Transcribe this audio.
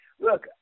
look